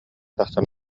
тахсан